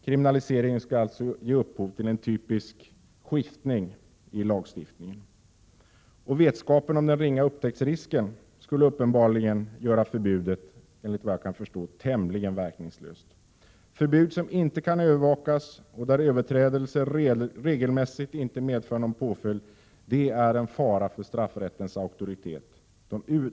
Kriminaliseringen skulle alltså ge upphov till en typisk skiftning i lagstiftningen. Vetskapen om den ringa upptäcktsrisken skulle uppenbarligen göra förbudet tämligen verkningslöst. Förbud som inte kan övervakas och där överträdelse regelmässigt inte medför någon påföljd är en fara för straffrättens auktoritet.